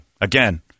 Again